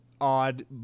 odd